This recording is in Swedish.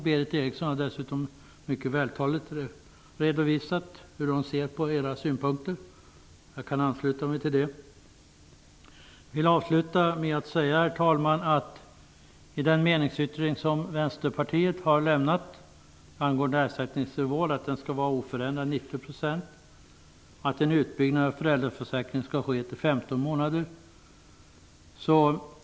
Berith Eriksson har dessutom mycket vältaligt redovisat hur hon ser på Ny demokratis synpunkter, och jag kan ansluta mig till det. Jag vill avsluta med att säga att Vänsterpartiet i sin meningsyttring kräver att ersättningsnivån skall vara oförändrat 90 % och att en utbyggnad av föräldraförsäkringen skall ske till 15 månader.